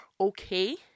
okay